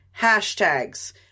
hashtags